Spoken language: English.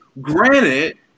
Granted